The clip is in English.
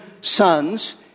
sons